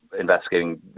investigating